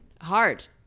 Hard